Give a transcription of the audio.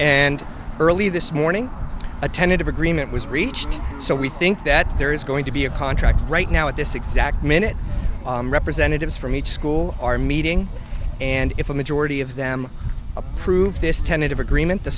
and early this morning a tentative agreement was reached so we think that there is going to be a contract right now at this exact minute representatives from each school arm meeting and if a majority of them approve this tentative agreement t